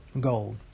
gold